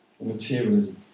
materialism